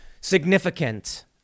significant